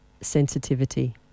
sensitivity